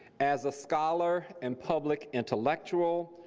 as a scholar and public intellectual,